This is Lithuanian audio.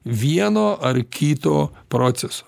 vieno ar kito proceso